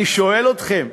אני שואל אתכם,